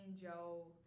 Joe